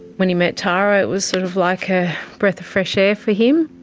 when he met tara it was sort of like a breath of fresh air for him,